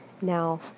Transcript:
Now